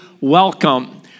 welcome